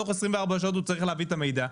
תוך 24 שעות הוא צריך להביא את המידע.